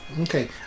Okay